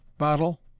bottle